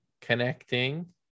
connecting